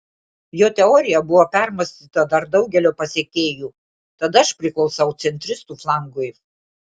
jo teorija buvo permąstyta dar daugelio pasekėjų tad aš priklausau centristų flangui